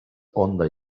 honda